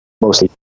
mostly